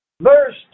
Verse